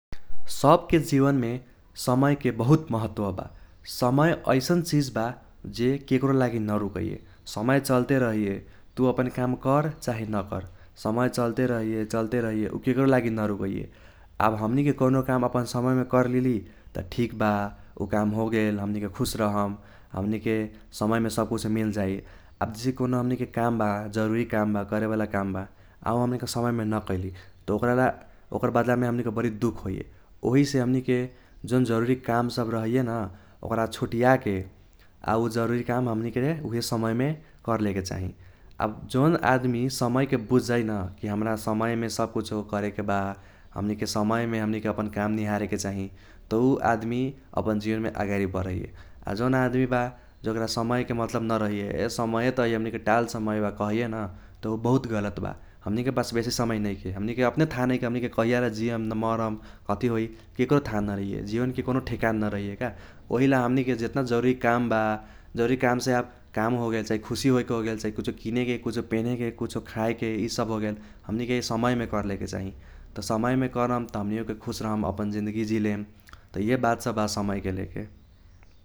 सबके जीवनमे समयके बहुत महत्त्व बा। समय ऐसन चीज बा जे केक्रोलागि न रुकैये । समय चल्ते राहिये तु अपन काम कर चाहि नकर ,समय चलते रहैये, चलते रहैये, ऊ केकारोलागी न रुकैये। अब हमनीके कौनो काम अपन समयमे करलेली त ठीक बा, ऊ काम होगेल, हमनिके खुश रहम, हमनिके समयमे सब कुछो मिलजाई। आब जे कौनो हमनीके काम बा जरुरी काम बा करेवाला काम बा आ ऊ हम समयमे न कैली त ओकराला ओकरा बदलामे हमनिके बड़ी दुख होईये। ओहिसे हमनिके जोन जरुरी काम सब रहैये न ओक्रा छुटीयाके ,आ ऊ जरुरी काम हमनिके उहे समयमे करलेके चाही । आब जौन आदमी समयके बुझजाई न की हम्रा समयमे सब कुछों करेके बा, हमनिके समयमे हमनीके अपन काम निहारेके चाही त ऊ आदमी अपन जीवन मे अगाडि बढ़ैये। आ जोन आदमी बा जेक्रा समयके मतलब न रहैये ,ए समय त हमनिके टाल समय बा कहैये न त ऊ बहुत गलत बा। हमनिके पास बेसी समय नैखे हमनीके अपने थाहा नै की हमनिके कैहाला जियम या मरम, कथी होई, केक्रो थाहा न रहैये, जीवनके कौनो ठेकान नरहैये का । ओहिले हमनिके जएतना जरुरी काम बा, जरुरी काम से अब काम होगेल चाहि खुसी होई के होगेल चाही कुछो किनेके, कुछो पेहनेको, कुछो खाईके इ सब होगेल, हमनिके समयमे करलेके चाही । त समयमे करम त हमनियो के खुश रहम, अपन जिंदगी जिलेम | त इहे बात सब बा समयके लेके ।